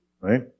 right